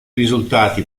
risultati